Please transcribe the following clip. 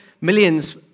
millions